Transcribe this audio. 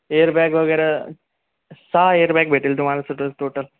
airbag वगैरे सहा airbag भेटेल तुम्हाला सतं टोटल